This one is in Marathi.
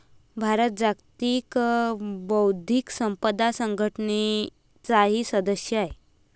भारत जागतिक बौद्धिक संपदा संघटनेचाही सदस्य आहे